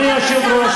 מה עם סחר בנשים?